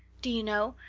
do you know,